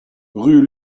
rue